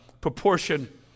proportion